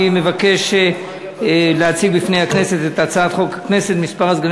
אני מבקש להציג בפני הכנסת את הצעת חוק הכנסת (מספר הסגנים